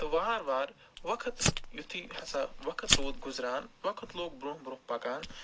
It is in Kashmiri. تہٕ وارٕ وارٕ وقت یِتھُے ہسا وقت روٗد گُزران وقت لوٚگ برٛونہہ برٛونہہ پَکان